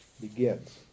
begins